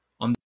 on